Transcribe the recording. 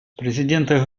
президента